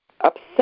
upset